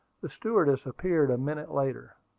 the stewardess appeared a minute later.